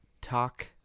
talk